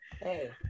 Hey